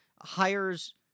hires